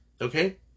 Okay